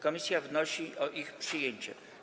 Komisja wnosi o ich przyjęcie.